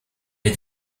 est